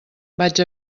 vaig